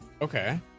Okay